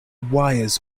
wires